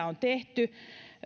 on tehty